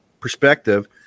perspective